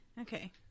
Okay